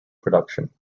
production